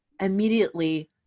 immediately